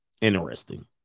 interesting